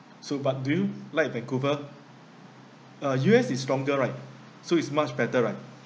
so but do you like vancouver uh U_S is stronger right so it's much better right